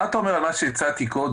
מה אתה אומר על מה שהצעתי קודם,